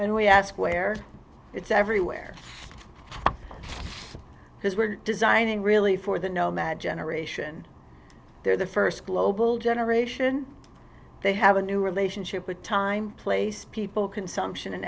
and we ask where it's everywhere because we're designing really for the nomad generation they're the first global generation they have a new relationship with time place people consumption